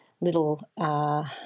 little –